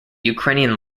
ukrainian